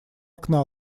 окна